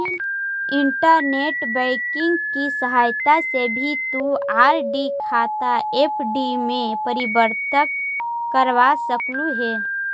internet banking की सहायता से भी तु आर.डी खाता एफ.डी में परिवर्तित करवा सकलू हे